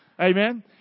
Amen